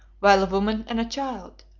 while a woman and a child,